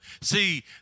see